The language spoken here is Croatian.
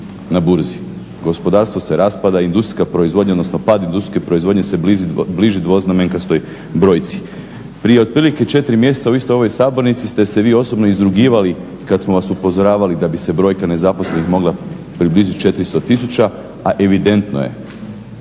na burzi. Gospodarstvo se raspada, industrijska, odnosno pad industrijske proizvodnje se bliži dvoznamenkastoj brojci. Prije otprilike 4 mjeseca u istoj ovoj sabornici ste se vi osobno izrugivali kada smo vas upozoravali da bi se brojka nezaposlenih mogla približiti 400 tisuća a evidentno je